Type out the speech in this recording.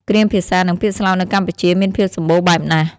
គ្រាមភាសានិងពាក្យស្លោកនៅកម្ពុជាមានភាពសម្បូរបែបណាស់។